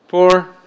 Four